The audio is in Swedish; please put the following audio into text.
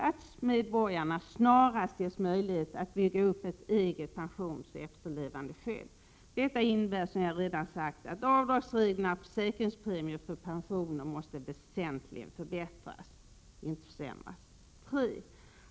Att medborgarna snarast ges möjlighet att bygga upp ett eget pensionsoch efterlevandeskydd. Detta innebär — som jag redan sagt — att avdragsreglerna för försäkringspremier för pensioner måste väsentligen förbättras, inte försämras. 3.